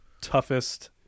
toughest